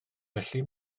felly